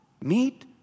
Meet